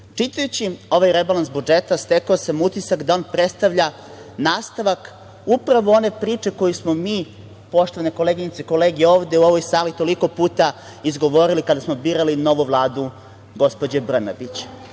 čitajući ovaj rebalans budžeta stekao sam utisak da on predstavlja nastavak upravo one priče koju smo mi, poštovane koleginice i kolege, ovde u ovoj sali toliko puta izgovorili kada smo birali novu vladu gospođe Brnabić,